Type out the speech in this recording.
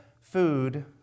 food